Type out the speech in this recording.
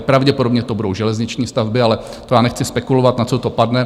Pravděpodobně to budou železniční stavby, ale nechci spekulovat, na co to padne.